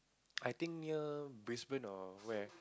I think near Brisbane or where